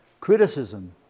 Criticism